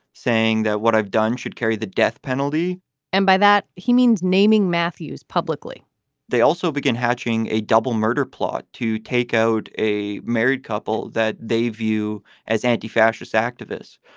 saying that what i've done should carry the death penalty and by that, he means naming matthews publicly they also begin hatching a double murder plot to take out a married couple that they view as anti-fascist activists.